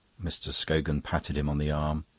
mr. scogan patted him on the arm.